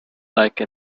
like